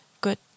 Good